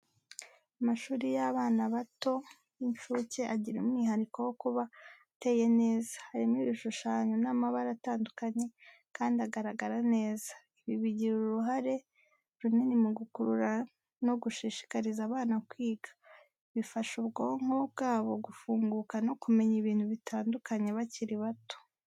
Amashuri y’abana bato (y’incuke) agira umwihariko wo kuba ateye neza, arimo ibishushanyo n’amabara atandukanye kandi agaragara neza. Ibi bigira uruhare runini mu gukurura no gushishikariza abana kwiga, bifasha ubwonko bwabo gufunguka no kumenya ibintu bitandukanye bakiri bato.